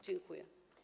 Dziękuję.